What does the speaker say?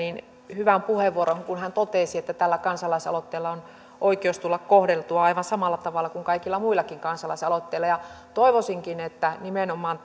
hyvän puheenvuoron kun hän totesi että tällä kansalaisaloitteella on oikeus tulla kohdelluksi aivan samalla tavalla kuin kaikilla muillakin kansalaisaloitteilla toivoisinkin että nimenomaan